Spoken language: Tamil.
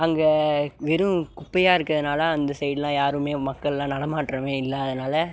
அங்கே வெறும் குப்பையாக இருக்கிறதுனால அந்த சைடுலாம் யாரும் மக்கள்லாம் நடமாட்டமே இல்லை அதனால